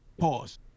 pause